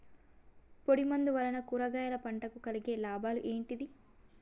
పొడిమందు వలన కూరగాయల పంటకు కలిగే లాభాలు ఏంటిది?